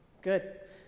Good